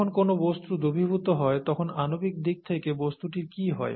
যখন কোন বস্তু দ্রবীভূত হয় তখন আণবিক দিক থেকে বস্তুটির কি হয়